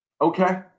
Okay